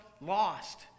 lost